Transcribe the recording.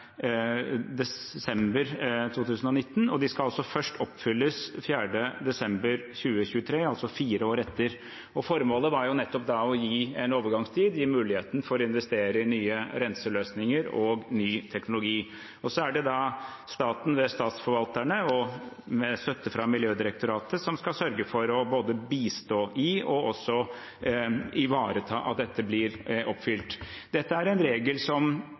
desember 2019, og de skal først oppfylles 4. desember 2023, altså fire år etter. Formålet var nettopp å gi en overgangstid, gi en mulighet for å investere i nye renseløsninger og ny teknologi. Så er det staten ved statsforvalterne og med støtte fra Miljødirektoratet som skal sørge for både å bistå og også ivareta at dette blir oppfylt. Dette er en regel som